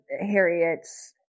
Harriet's